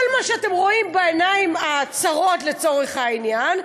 כל מה שאתם רואים בעיניים, הצרות לצורך העניין,